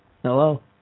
Hello